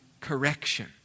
correction